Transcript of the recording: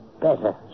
better